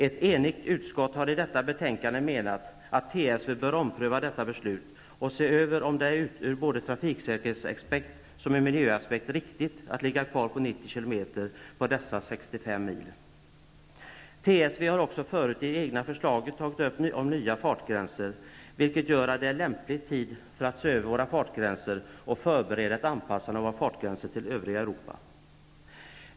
Ett enigt utskott, det framgår av detta betänkande, menar att TSV bör ompröva detta beslut och göra en översyn för att ta reda på om det från både trafiksäkerhetsaspekten och miljöaspekten är riktigt att ligga kvar på 90 km beträffande dessa 65 TSV har också förut i egna förslag tagit upp frågan om nya fartgränser, vilket gör att det nu är en lämplig tidpunkt att se över våra fartgränser och att förbereda en anpassning av våra fartgränser till övriga Europas.